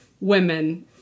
women